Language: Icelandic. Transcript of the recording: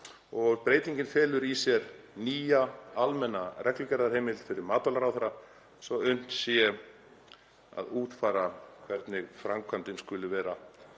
Breytingin felur í sér nýja almenna reglugerðarheimild fyrir matvælaráðherra svo unnt sé að útfæra hvernig framkvæmdin skuli vera